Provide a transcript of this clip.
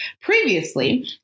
Previously